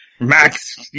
Max